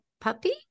puppy